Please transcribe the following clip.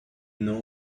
know